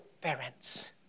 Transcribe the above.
parents